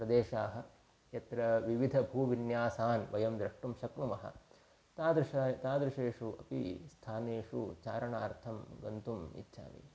प्रदेशाः यत्र विविविधभूविन्यासान् वयं द्रष्टुं शक्नुमः तादृश तादृशेषु अपि स्थानेषु चारणार्थं गन्तुम् इच्छामि